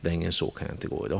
Längre än så kan jag inte gå i dag.